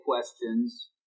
questions